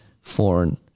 foreign